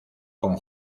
con